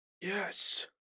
Yes